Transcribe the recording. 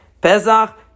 Pesach